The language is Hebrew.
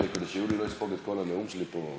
כדי שיולי לא יספוג את כל הנאום שלי פה.